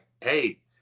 hey